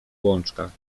łączkach